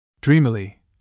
Dreamily